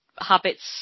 Habits